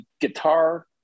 guitar